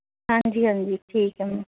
ਹਾਂਜੀ ਹਾਂਜੀ ਠੀਕ ਹੈ ਮੈਮ